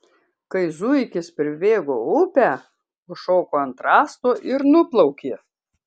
kai zuikis pribėgo upę užšoko ant rąsto ir nuplaukė